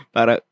Para